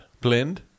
blend